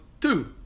two